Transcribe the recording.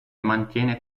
mantiene